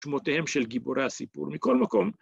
‫את שמותיהם של גיבורי הסיפור, מכל מקום.